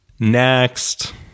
Next